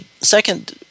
second